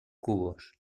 cubos